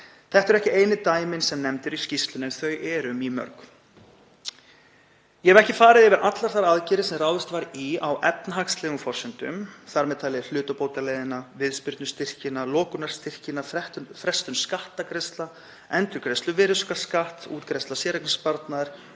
Þetta eru ekki einu dæmin sem nefnd eru í skýrslunni en þau eru mýmörg. Ég hef ekki farið yfir allar þær aðgerðir sem ráðist var í á efnahagslegum forsendum, þar með talið hlutabótaleiðina, viðspyrnustyrkina, lokunarstyrkina, frestun skattgreiðslna, endurgreiðslu virðisaukaskatts, útgreiðslu séreignarsparnaðar